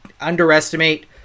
underestimate